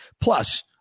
Plus